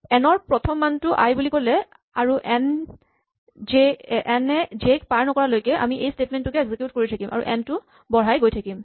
N ৰ প্ৰথম মানটো আই বুলি ক'লো আৰু এন এ জে ক পাৰ নকৰালৈকে আমি এই স্টেটমেন্ট টোকে এক্সিকিউট কৰি থাকিম আৰু এন টো বঢ়াই গৈ থাকিম